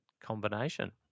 combination